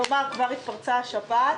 כלומר כבר התפרצה השפעת,